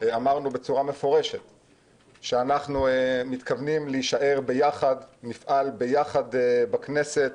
אמרנו מפורשות שאנחנו מתכוונים להישאר ביחד ונפעל ביחד בכנסת.